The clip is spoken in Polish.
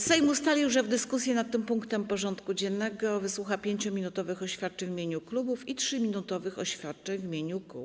Sejm ustalił, że w dyskusji nad tym punktem porządku dziennego wysłucha 5-minutowych oświadczeń w imieniu klubów i 3-minutowych oświadczeń w imieniu kół.